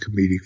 comedic